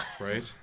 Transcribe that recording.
right